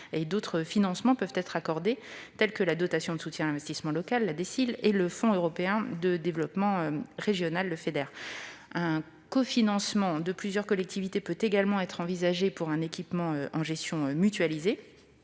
D'autres financements peuvent être accordés tels que la dotation de soutien à l'investissement local, la DSIL, ou le Fonds européen de développement régional, le Feder. Un cofinancement de plusieurs collectivités peut également être envisagé pour un équipement en gestion mutualisée.